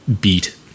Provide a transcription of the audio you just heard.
beat